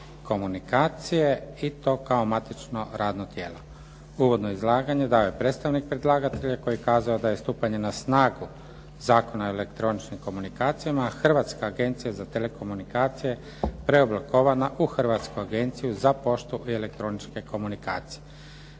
i to kao matično radno tijelo. Uvodno izlaganje dao je predstavnik predlagatelja koji je kazao da je stupanje na snagu Zakona o elektroničkim komunikacijama Hrvatska agencija za telekomunikacije preoblikovana u Hrvatsku agenciju za poštu i elektroničke komunikacije